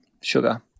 sugar